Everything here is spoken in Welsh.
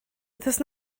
wythnos